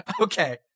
Okay